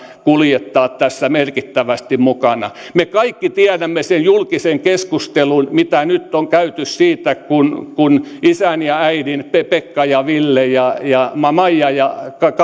kuljettaa tässä merkittävästi mukana me kaikki tiedämme sen julkisen keskustelun mitä nyt on käyty siitä kun kun isän ja äidin pekka ja ville ja ja maija ja